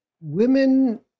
women